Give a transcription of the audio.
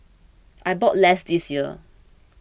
I bought less this year